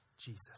Jesus